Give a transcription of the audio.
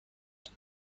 ساعت